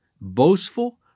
boastful